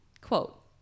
Quote